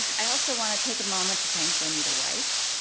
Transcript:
i also want to take a moment to thank bonita white.